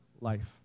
life